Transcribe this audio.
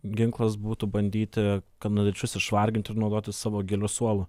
ginklas būtų bandyti kanadiečius išvarginti ir naudotis savo giliu suolu